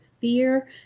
fear